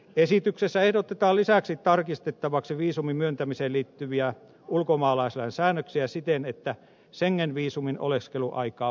esityksessä ehdotetaan lisäksi tarkistettavaksi viisumin myöntämiseen liittyviä ulkomaalaislain säännöksiä siten että schengen viisumin oleskeluaikaa voitaisiin pidentää